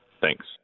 Thanks